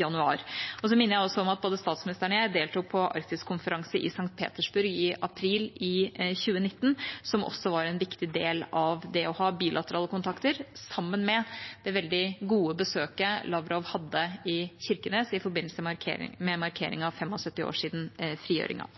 januar. Jeg minner også om at både statsministeren og jeg deltok på den arktiske konferansen i St. Petersburg i april i 2019, som også er en viktig del av det å ha bilaterale kontakter, sammen med det veldig gode besøket Lavrov hadde i Kirkenes i forbindelse med markeringen av at det var 75 år siden